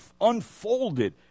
unfolded